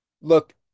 Look